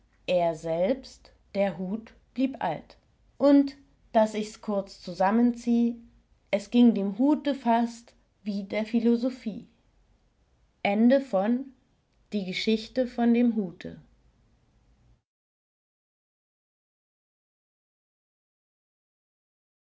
er selbst der hut blieb alt und daß ichs kurz zusammenzieh es ging dem hute fast wie der philosophie